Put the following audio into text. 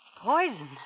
Poison